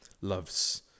loves